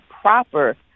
proper